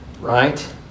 right